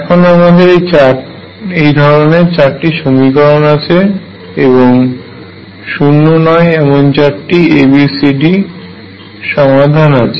এখন আমাদের এই ধরনের চারটি সমীকরণ আছে এবং শুন্য নয় এমন চারটি A B C D সমাধান আছে